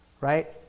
right